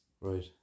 Right